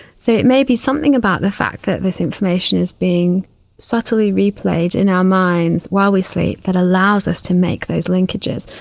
so it may be something about the fact that this information is being subtly replayed in our minds while we sleep that allows us to make those linkages.